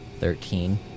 Thirteen